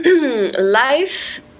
life